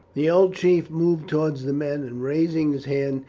the old chief moved towards the men, and raising his hand,